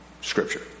Scripture